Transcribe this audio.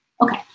Okay